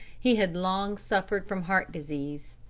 he had long suffered from heart disease.